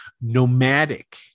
nomadic